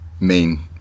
Main